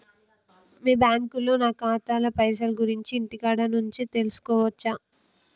మీ బ్యాంకులో నా ఖాతాల పైసల గురించి ఇంటికాడ నుంచే తెలుసుకోవచ్చా?